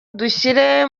dushyire